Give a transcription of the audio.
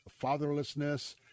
fatherlessness